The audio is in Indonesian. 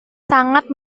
sangat